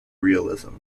realism